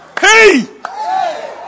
Hey